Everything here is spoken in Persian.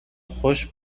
خوش